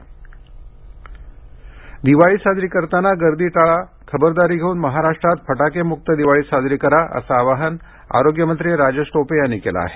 corona आढावा दिवाळी साजरी करताना गर्दी टाळा खबरदारी घेऊन महाराष्ट्रात फटाकेमुक्त दिवाळी साजरी करा असं आवाहन आरोग्यमंत्री राजेश टोपे यांनी केलं आहे